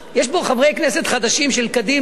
יש פה חברי כנסת חדשים של קדימה.